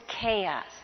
chaos